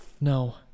No